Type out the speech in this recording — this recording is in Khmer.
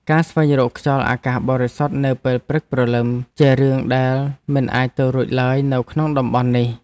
ការស្វែងរកខ្យល់អាកាសបរិសុទ្ធនៅពេលព្រឹកព្រលឹមជារឿងដែលមិនអាចទៅរួចឡើយនៅក្នុងតំបន់នេះ។